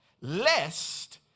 lest